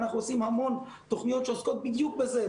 אנחנו עושים המון תוכניות שעוסקות בדיוק בזה,